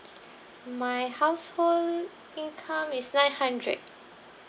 my household income is nine hundred